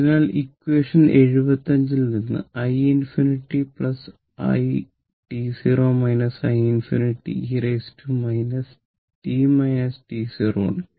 അതിനാൽ ഇക്വേഷൻ 75 നിന്ന് അത് i ∞ i i ∞ e ആണ്